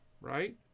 Right